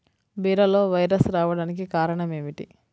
బీరలో వైరస్ రావడానికి కారణం ఏమిటి?